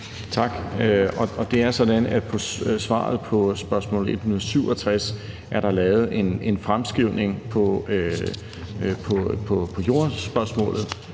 Tak. Det er sådan, at i svaret på spørgsmål 167 er der lavet en fremskrivning på jordspørgsmålet.